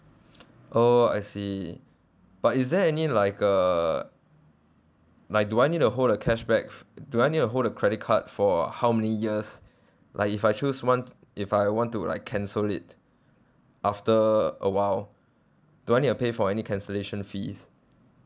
oh I see but is there any like uh like do I need to hold a cashback f~ do I need to hold a credit card for how many years like if I choose one if I want to like cancel it after awhile do I need to pay for any cancellation fees